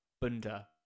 Bunda